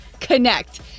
connect